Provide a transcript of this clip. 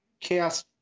Chaos